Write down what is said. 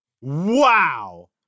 wow